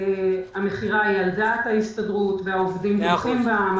המכירה היא על דעת ההסתדרות, והעובדים תומכים בה.